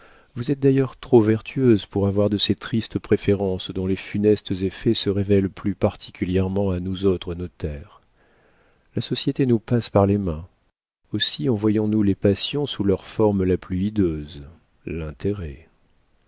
vous êtes d'ailleurs trop vertueuse pour avoir de ces tristes préférences dont les funestes effets se révèlent plus particulièrement à nous autres notaires la société nous passe par les mains aussi en voyons-nous les passions sous leur forme la plus hideuse